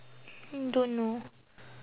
don't know